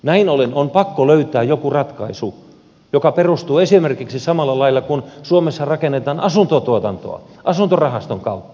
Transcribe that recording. näin ollen on pakko löytää jokin ratkaisu joka perustuu esimerkiksi samaan kuin silloin kun suomessa rakennetaan asuntotuotantoa asuntorahaston kautta